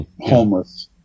homeless